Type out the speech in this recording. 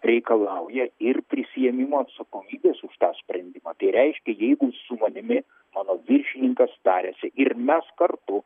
reikalauja ir prisiėmimo atsakomybės už tą sprendimą tai reiškia jeigu su manimi mano viršininkas tariasi ir mes kartu